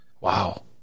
Wow